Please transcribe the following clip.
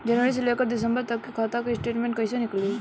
जनवरी से लेकर दिसंबर तक के खाता के स्टेटमेंट कइसे निकलि?